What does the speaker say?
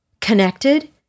connected